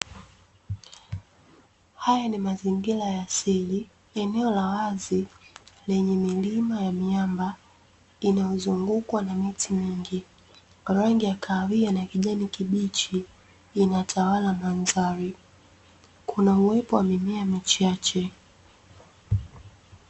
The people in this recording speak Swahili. Haya ni mazingira ya asili, eneo la wazi lenye milima ya miamba inayozungukwa na miti mingi, rangi ya kahawia na kijani kibichi inatawala mandhari, kuna uwepo wa mimea michache.